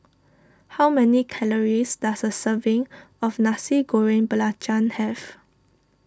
how many calories does a serving of Nasi Goreng Belacan have